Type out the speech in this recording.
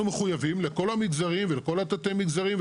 מחויבים לכל המגזרים ולכל תתי המגזרים,